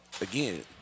Again